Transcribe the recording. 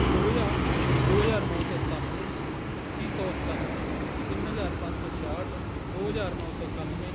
ਦੋ ਹਜ਼ਾਰ ਦੋ ਹਜ਼ਾਰ ਨੌਂ ਸੌ ਸਤਾਨਵੇਂ ਪੱਚੀ ਸੌ ਸਤਾਨਵੇਂ ਤਿੰਨ ਹਜ਼ਾਰ ਪੰਜ ਸੌ ਛਿਆਹਠ ਦੋ ਹਜ਼ਾਰ ਨੌਂ ਸੌ ਇਕਾਨਵੇਂ